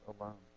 alone